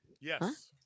Yes